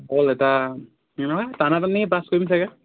অকল এটা এনেকুৱাই টানাটানি পাছ কৰিম ছাগৈ